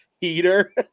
heater